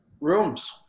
rooms